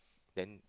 then